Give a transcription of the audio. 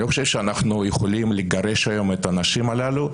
אני לא חושב שאנחנו יכולים לגרש את הנשים הללו,